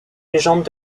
légendes